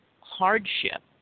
hardship